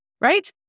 right